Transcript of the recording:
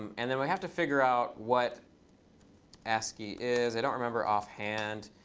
and then we have to figure out what ascii is. i don't remember offhand.